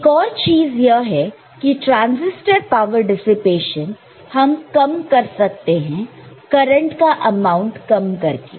एक और चीज यह है कि ट्रांसिस्टर पावर डिसिपेशन हम कम कर सकते हैं करंट का अमाउंट कम करके